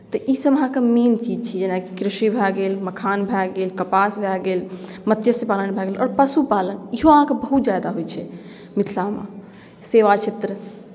तऽ ईसभ अहाँकेँ मेन चीज छियै जेनाकि कृषि भए गेल मखान भए गेल कपास भए गेल मत्स्य पालन भए गेल आओर पशु पालन इहो अहाँकेँ बहुत ज्यादा होइ छै मिथिलामे सेवा क्षेत्र